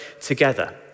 together